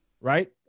right